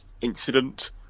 incident